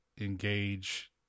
engage